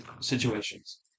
situations